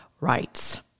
rights